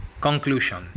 Conclusion